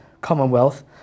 Commonwealth